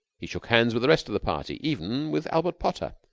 he shook hands with the rest of the party, even with albert potter.